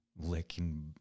licking